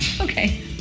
okay